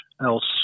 else